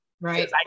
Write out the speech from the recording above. right